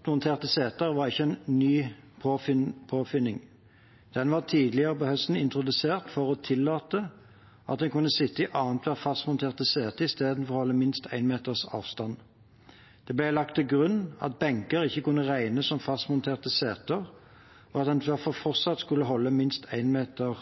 seter var ikke noe nytt. Den var tidligere på høsten introdusert for å tillate at man kunne sitte i annethvert fastmonterte sete i stedet for å holde minst én meters avstand. Det ble lagt til grunn at benker ikke kunne regnes som fastmonterte seter, og at man derfor fortsatt skulle holde minst én meters